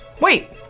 Wait